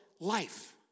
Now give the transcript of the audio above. life